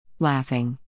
laughing